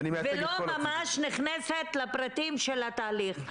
ולא ממש נכנסת לפרטים של התהליך.